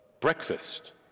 Breakfast